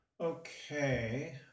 Okay